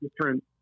different